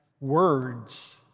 words